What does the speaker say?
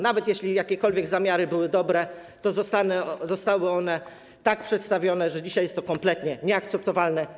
Nawet jeśli jakiekolwiek zamiary były dobre, to zostały one tak przedstawione, że dzisiaj jest to kompletnie nieakceptowalne.